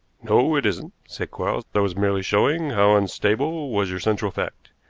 no, it isn't, said quarles. i was merely showing how unstable was your central fact.